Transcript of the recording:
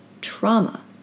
trauma